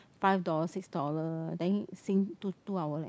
five dollar six dollar then sing two hour leh